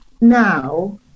now